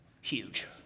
huge